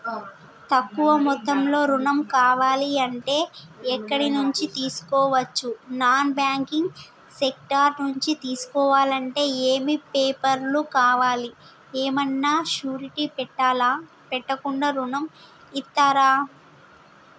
తక్కువ మొత్తంలో ఋణం కావాలి అంటే ఎక్కడి నుంచి తీసుకోవచ్చు? నాన్ బ్యాంకింగ్ సెక్టార్ నుంచి తీసుకోవాలంటే ఏమి పేపర్ లు కావాలి? ఏమన్నా షూరిటీ పెట్టాలా? పెట్టకుండా ఋణం ఇస్తరా?